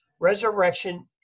Resurrection